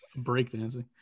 breakdancing